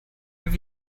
have